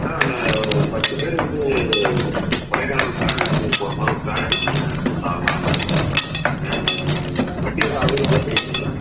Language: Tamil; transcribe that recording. சார் நான் ஒரு பத்து பேர் வந்து கொடைக்கானல் ஃபேம்லி டூர் போகிற மாதிரி ஒரு ப்ளான் இருக்குதுங்க ஒரு நாலு நாளில் வண்டி எதுவும் அவைலப்பிளாக கிடைக்குங்களா